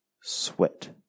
sweat